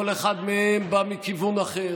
כל אחד מהם בא מכיוון אחר